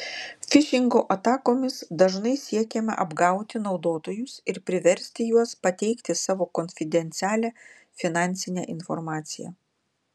fišingo atakomis dažnai siekiama apgauti naudotojus ir priversti juos pateikti savo konfidencialią finansinę informaciją